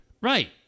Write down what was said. Right